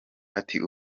ati